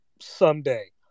someday